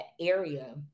area